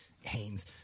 Haynes